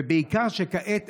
ובעיקר כשכעת,